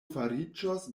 fariĝos